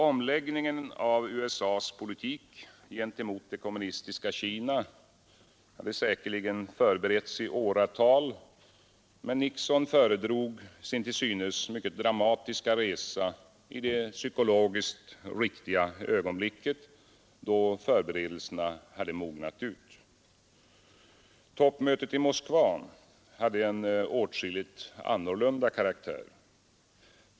Omläggningen av USA:s politik gentemot det kommunistiska Kina hade förberetts i åratal, men Nixon företog sin till synes mycket dramatiska resa i det psykologiskt riktiga ögonblicket då förberedelserna hade mognat ut. Toppmötet i Moskva hade en åtskilligt annorlunda karaktär.